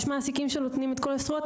יש מעסיקים שנותנים את כל הזכויות,